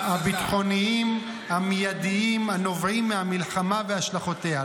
-- הביטחוניים המיידיים הנובעים מהמלחמה והשלכותיה.